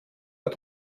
uhr